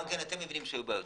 גם אתם יודעים שהיו בעיות.